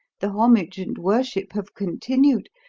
the homage and worship have continued.